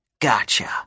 Gotcha